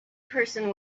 person